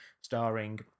starring